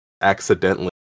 accidentally